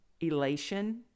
elation